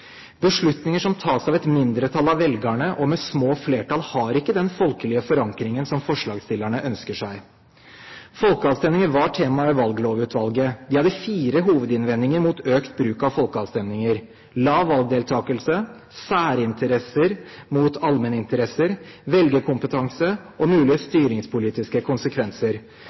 Beslutninger som tas av et mindretall av velgerne, og med små flertall, har ikke den folkelige forankringen som forslagsstillerne ønsker seg. Folkeavstemninger var tema i Valglovutvalget. De hadde fire hovedinnvendinger mot økt bruk av folkeavstemninger: lav valgdeltakelse, særinteresser mot allmenninteresser, velgerkompetanse og mulige styringspolitiske konsekvenser.